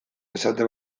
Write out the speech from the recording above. esate